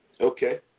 Okay